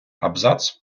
абзац